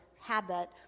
habit